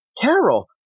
Carol